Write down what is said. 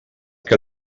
que